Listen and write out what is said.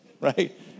right